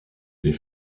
les